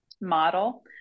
model